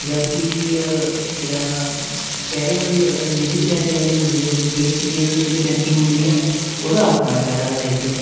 ਜਦੋਂ ਕਿ ਜਿਹੜਾ ਚਿਹਰੇ ਵਾਲੀ ਨਿੱਜੀ ਚਿਹਰੇ ਵਾਲੀ ਹੁੰਦੀ ਹੈ ਜਦੋਂ ਫੇਸ ਟੂ ਫੇਸ ਵੀ ਜਿਹੜੀ ਬੈਂਕਿੰਗ ਹੁੰਦੀ ਹੈ ਉਹਦਾ ਆਪਣਾ ਫ਼ਾਇਦਾ ਹੈ ਇੱਕ